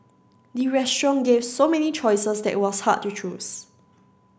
the restaurant gave so many choices that it was hard to choose